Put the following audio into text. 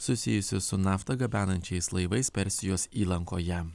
susijusi su naftą gabenančiais laivais persijos įlankoje